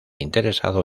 interesado